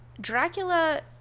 Dracula